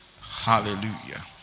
Hallelujah